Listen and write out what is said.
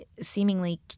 seemingly